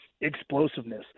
explosiveness